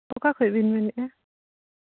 ᱚᱠᱟ ᱠᱷᱚᱱ ᱵᱮᱱ ᱢᱮᱱᱮᱫᱼᱟ